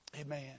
Amen